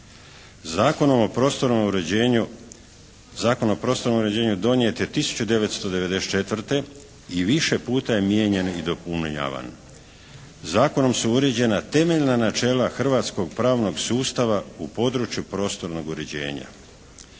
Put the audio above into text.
Zakon o prostornom uređenju donijet je 1994. i više puta je mijenja i dopunjavan. Zakonom su uređena temeljna načela hrvatskog pravnog sustava u području prostornog uređenja.